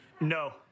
No